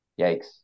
yikes